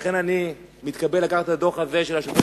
ולכן אני מתכוון לקחת את הדוח הזה של השופט